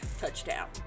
touchdown